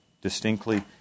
distinctly